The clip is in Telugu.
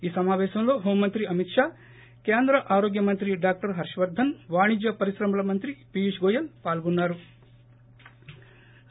ఈ సమావేశంలో హోంమంత్రి అమిత్ షా కేంద్ర ఆరోగ్య మంత్రి డాక్టర్ హర్ష్ వర్దన్ వాణిజ్య పరిశ్రమల మంత్రి పియూష్ గోయల్ పాల్గొన్నారు